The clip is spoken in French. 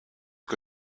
que